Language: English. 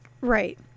right